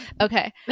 Okay